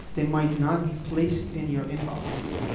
they might not be placed in your inbox.